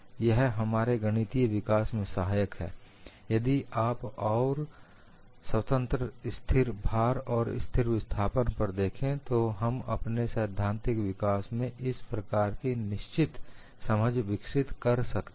यह हमारे गणितीय विकास में सहायक है यदि आप और स्वतंत्र स्थिर भार और स्थिर विस्थापन पर देखें तो हम अपने सैद्धांतिक विकास में इस प्रकार की निश्चित समझ विकसित कर सकते हैं